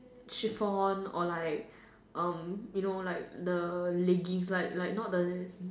chiffon or like um you know like the leggings like like not the